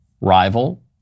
rival